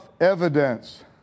evidence